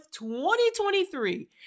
2023